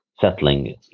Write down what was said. settling